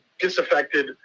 disaffected